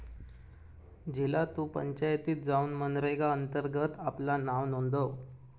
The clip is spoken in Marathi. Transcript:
झिला तु पंचायतीत जाउन मनरेगा अंतर्गत आपला नाव नोंदव